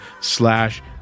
slash